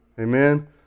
Amen